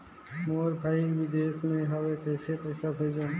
मोर भाई विदेश मे हवे कइसे पईसा भेजो?